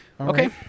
Okay